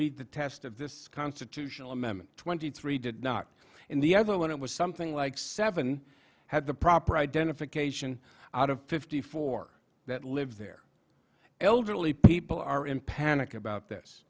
meet the test of this constitutional amendment twenty three did not in the other when it was something like seven had the proper identification out of fifty four that live there elderly people are in panic about this